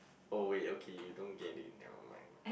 oh wait okay you don't get it never mind